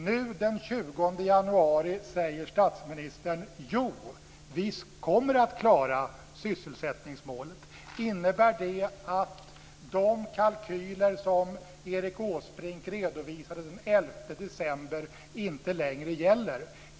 Nu, den 20 januari, säger statsministern: Jo, vi kommer att klara sysselsättningsmålet. Innebär det att de kalkyler som Erik Åsbrink redovisade den 11 december inte längre gäller?